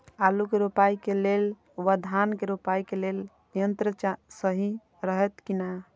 आलु के रोपाई के लेल व धान के रोपाई के लेल यन्त्र सहि रहैत कि ना?